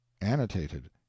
annotated